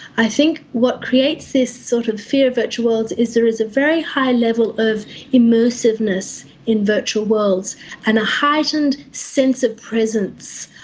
i think what creates this sort of fear of virtual worlds is there is a very high level of immersiveness in virtual worlds and a heightened sense of presence,